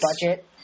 budget